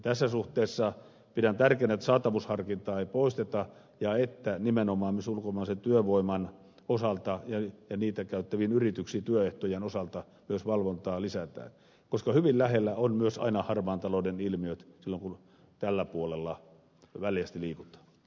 tässä suhteessa pidän tärkeänä että saatavuusharkintaa ei poisteta ja että nimenomaan myös ulkomaisen työvoiman osalta ja niitä käyttävien yrityksien työehtojen osalta myös valvontaa lisätään koska hyvin lähellä ovat myös aina harmaan talouden ilmiöt silloin kun tällä puolella väljästi liikutaan